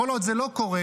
כל עוד זה לא קורה,